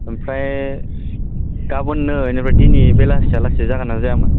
ओमफ्राय गाबोननो एनिफ्राय दिनै बेलासिहालासि जागोनना जायामोन